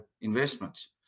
investments